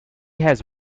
has